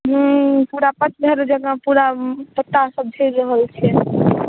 हँ किछ ठीके नहि रहलय